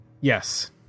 Yes